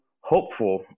hopeful